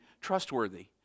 trustworthy